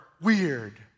weird